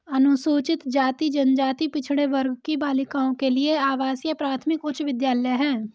अनुसूचित जाति जनजाति पिछड़े वर्ग की बालिकाओं के लिए आवासीय प्राथमिक उच्च विद्यालय है